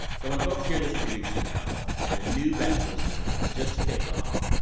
so when folks hear this a few weeks from now, the new bachelor season will have just kicked off.